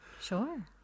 Sure